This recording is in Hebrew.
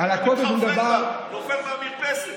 נופל מהמרפסת.